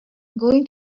going